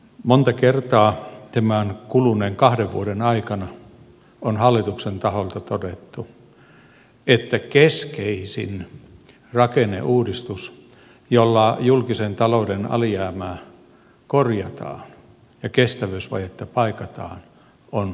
monta kertaa tämän kuluneen kahden vuoden aikana on hallituksen taholta todettu että keskeisin rakenneuudistus jolla julkisen talouden alijäämää korjataan ja kestävyysvajetta paikataan on suuri kuntauudistus